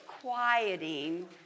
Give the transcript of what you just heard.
quieting